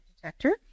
detector